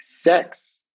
sex